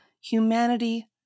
Humanity